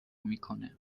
میکنه